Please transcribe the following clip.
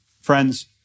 Friends